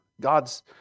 God's